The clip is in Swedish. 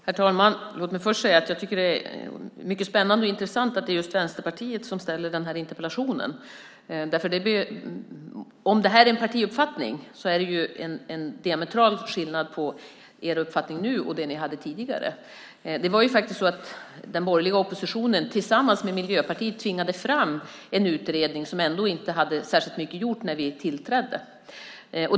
Herr talman! Jag tycker att det är mycket spännande och intressant att det just är en vänsterpartist som ställer den här interpellationen. Om det här är en partiuppfattning är det en diametral skillnad på er uppfattning nu och den ni hade tidigare. Det var den borgerliga oppositionen som tillsammans med Miljöpartiet tvingade fram en utredning som ännu inte hade gjort särskilt mycket när vi tillträdde.